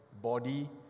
body